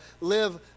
live